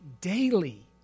daily